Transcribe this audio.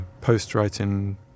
post-writing